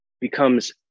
becomes